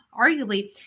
arguably